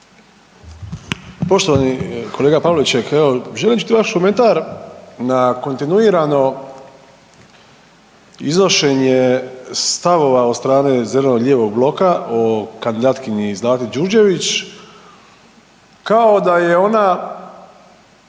Poštovani kolega Pavliček, evo želim čuti vaš komentar na kontinuirano iznošenje stavova od strane zeleno-lijevog bloka o kandidatkinji Zlati Đurđević kao da je ona